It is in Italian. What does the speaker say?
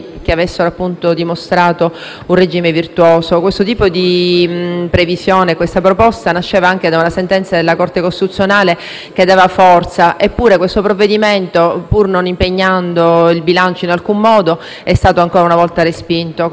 un regime virtuoso. Questo tipo di previsione e questa proposta nascevano anche da una sentenza della Corte costituzionale, che le dava forza. Eppure questo provvedimento, pur non impegnando il bilancio in alcun modo, è stato ancora una volta respinto, con nostro sommo dispiacere.